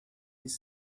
this